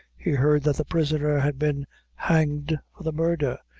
he heard that the prisoner had been hanged for the murder,